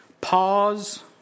Pause